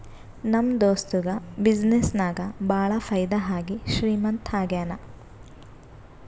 ನಮ್ ದೋಸ್ತುಗ ಬಿಸಿನ್ನೆಸ್ ನಾಗ್ ಭಾಳ ಫೈದಾ ಆಗಿ ಶ್ರೀಮಂತ ಆಗ್ಯಾನ